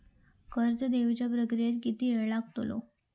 कर्ज देवच्या प्रक्रियेत किती येळ लागतलो?